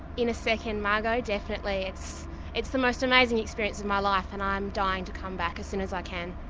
in a second, margot, definitely. it's it's the most amazing experience of my life, and i'm dying to come back as soon as i can.